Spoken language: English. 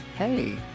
Hey